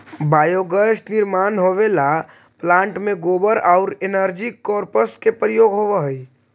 biogas निर्माण होवेला plant में गोबर औउर एनर्जी क्रॉप्स के प्रयोग होवऽ हई